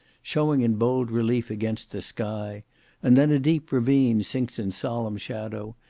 showing in bold relief against the sky and then a deep ravine sinks in solemn shadow,